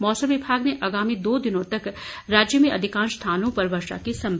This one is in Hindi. मौसम विभाग ने आगामी दो दिनों तक राज्य में अधिकांश स्थानों पर वर्षा की संभावना जताई है